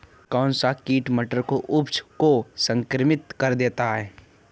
कौन सा कीट मटर की उपज को संक्रमित कर देता है?